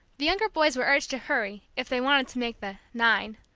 the younger boys were urged to hurry, if they wanted to make the nine.